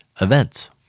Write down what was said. events